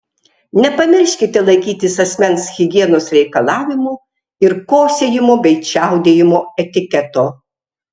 nepamirškite laikytis asmens higienos reikalavimų ir kosėjimo bei čiaudėjimo etiketo